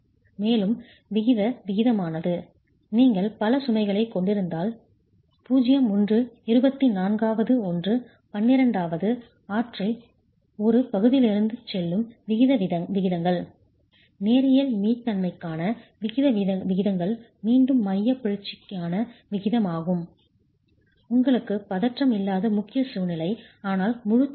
மேலும் விகித விகிதமானது நீங்கள் பல சுமைகளைக் கொண்டிருந்தால் 0 ஒன்று இருபத்தி நான்காவது ஒன்று பன்னிரண்டாவது ஆறில் ஒரு பகுதியிலிருந்து செல்லும் விகித விகிதங்கள் நேரியல் மீள்தன்மைக்கான விகித விகிதங்கள் மீண்டும் மையப் பிறழ்ச்சியான விகிதமாகும் உங்களுக்கு பதற்றம் இல்லாத முக்கிய சூழ்நிலை ஆனால் முழு சுருக்கம்